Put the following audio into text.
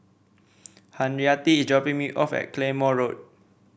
Henrietta is dropping me off at Claymore Road